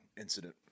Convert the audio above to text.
incident